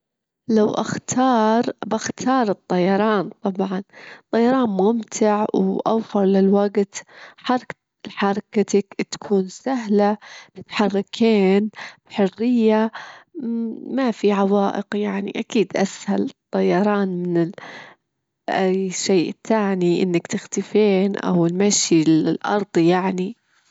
أفضل إني أشوف فيلم ولوحدي يعني، لمان تشوفين الفيلم تجدرين تركزين على القصة، وتركزين على المشاعر اللي في الفيلم يعني، لكن الغدا مع ناس ممكن يكون أكتر متعة يعني أو إنك تتغدين لوحدك.